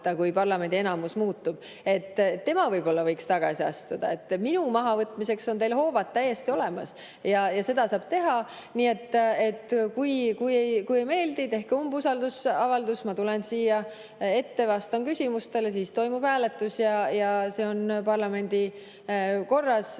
kui parlamendi enamus muutub. Tema võib-olla võiks tagasi astuda. Minu mahavõtmiseks on teil hoovad täiesti olemas ja seda saab teha. Nii et kui ei meeldi, tehke umbusaldusavaldus, ma tulen siia ja vastan küsimustele, siis toimub hääletus, nii nagu kord